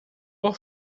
por